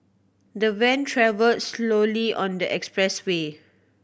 the van travelled slowly on the expressway